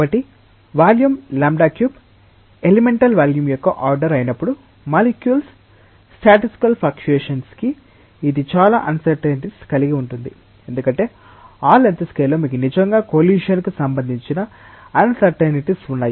కాబట్టి volume λ3 elemental volume యొక్క order అయినప్పుడు మాలిక్యూల్స్ స్టాటిస్టికల్ ఫ్లక్షుయేషన్స్ కి ఇది చాలా అన్సర్టైనిటిస్ కలిగి ఉంటుంది ఎందుకంటే ఆ లెంగ్త్ స్కేల్లో మీకు నిజంగా కొల్లిసియన్ కు సంబంధించిన అన్సర్టైనిటిస్ ఉన్నాయి